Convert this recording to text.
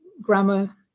grammar